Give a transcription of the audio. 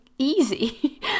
easy